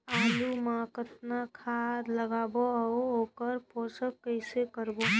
आलू मा कतना खाद लगाबो अउ ओकर पोषण कइसे करबो?